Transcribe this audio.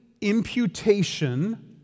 imputation